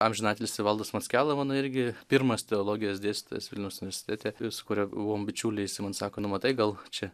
amžinatilsį valdas mackela mano irgi pirmas teologijos dėstytojas vilniaus universitete su kuriuo buvom bičiuliai jisai man sako nu matai gal čia